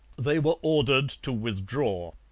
they were ordered to withdraw.